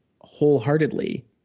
wholeheartedly